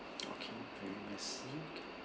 okay very messy